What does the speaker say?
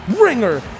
ringer